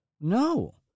No